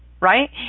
Right